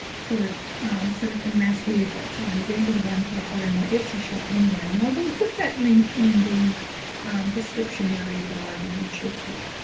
sort of silicone mat here but these are the ones that i've got in my etsy shop anyway and i will put that link in the description area below the youtube clip.